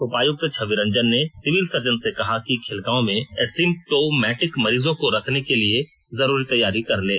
उपायुक्त छवि रंजन ने civil surgeon से कहा कि खेलगांव में एसिंप्टोमैटिक मरीजों को रखने के लिए जरूरी तैयारी कर लें